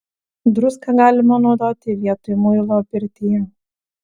druską galima naudoti vietoj muilo pirtyje